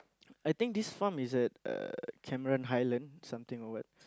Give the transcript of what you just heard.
I think farm is at uh Cameron-Highland something or what